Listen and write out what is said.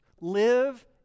Live